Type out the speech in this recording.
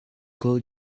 call